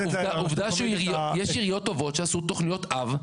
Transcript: עובדה שיש עיריות טובות שעשו תכניות אב,